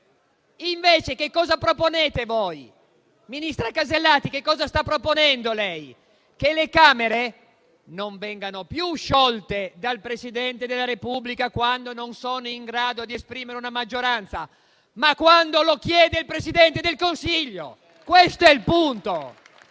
Invece, cosa proponete voi? Ministra Casellati, cosa sta proponendo lei? Propone che le Camere non vengano più sciolte dal Presidente della Repubblica quando non sono in grado di esprimere una maggioranza, ma quando lo chiede il Presidente del Consiglio: questo è il punto.